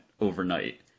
overnight